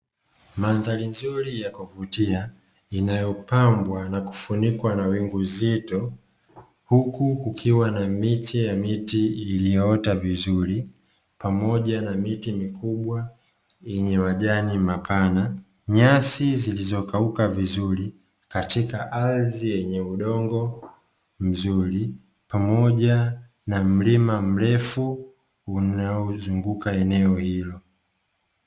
Mandhari nzuri ya kuvutia inayopambwa na kufunikwa na wingu zito, huku kukiwa na miche ya miti iliyoota vizuri pamoja na miti mikubwa yenye majani mapana, nyasi zilizokauka vizuri katika ardhi yenye udongo mzuri pamoja na mlima mrefu unaozunguka eneo hilo.